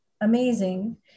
amazing